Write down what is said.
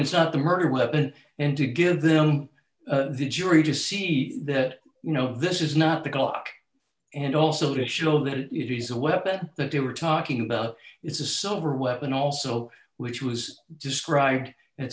is not the murder weapon and to give them the jury to see that you know this is not the clock and also to show that it is a weapon that they were talking about it's a super weapon also which was described at